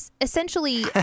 essentially